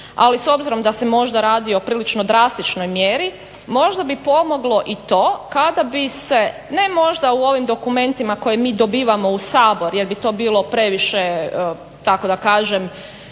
Ali s obzirom da se možda radi o prilično drastičnoj mjeri možda bi pomoglo i to kada bi se ne možda u ovim dokumentima koje mi dobivamo u Sabor jer bi to bilo previše tako da kažem